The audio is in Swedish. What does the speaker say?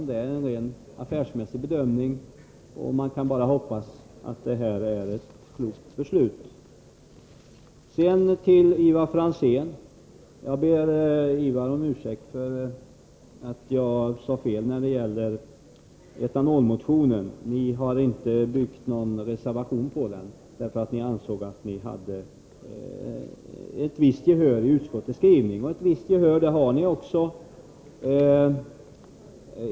Det är en rent affärsmässig bedömning. Man kan bara hoppas att det är ett klokt beslut. Jag ber Ivar Franzén om ursäkt för att jag sade fel när det gäller etanolmotionen. Ni har inte byggt någon reservation på den, eftersom ni ansåg att ni hade ett visst gehör i utskottets skrivning. Det har ni också.